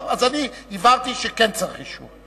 טוב, אז אני הבהרתי שכן צריך אישור.